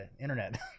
internet